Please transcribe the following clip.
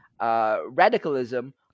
Radicalism